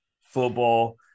football